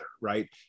right